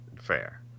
fair